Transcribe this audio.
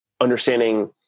understanding